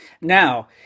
Now